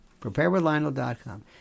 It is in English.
preparewithlionel.com